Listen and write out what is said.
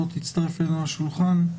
בוא תצטרף אלינו לשולחן.